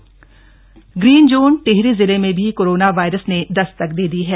Tehri corona green zone Tehri जिले में भी कोरोना वायरस ने दस्तक दे दी है